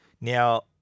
Now